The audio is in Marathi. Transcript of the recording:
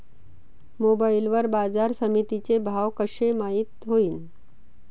मोबाईल वर बाजारसमिती चे भाव कशे माईत होईन?